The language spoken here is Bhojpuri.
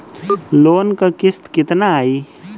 लोन क किस्त कितना आई?